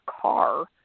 car